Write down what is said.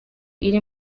iri